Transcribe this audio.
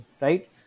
right